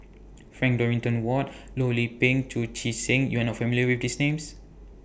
Frank Dorrington Ward Loh Lik Peng Chu Chee Seng YOU Are not familiar with These Names